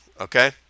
okay